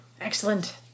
Excellent